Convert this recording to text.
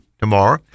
tomorrow